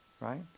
right